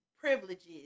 privileges